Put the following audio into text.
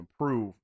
improve